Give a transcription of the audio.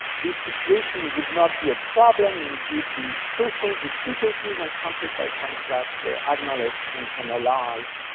this situation would not be a problem and if the social difficulties encountered by french blacks were acknowledged and analyzed.